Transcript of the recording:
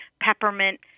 peppermint